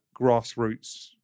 grassroots